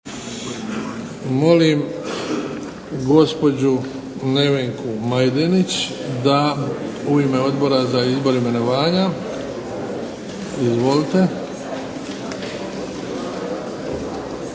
Molim gospođu Nevenku Majdenić da u ime Odbora za izbor imenovanja. Izvolite.